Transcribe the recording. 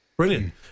Brilliant